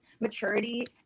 maturity